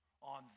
on